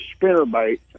spinnerbait